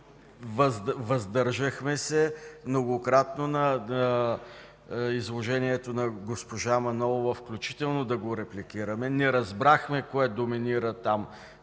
Въздържахме се многократно на изложението на госпожа Манолова, включително да го репликираме. Не разбрахме кое доминира там